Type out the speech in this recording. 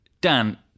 Dan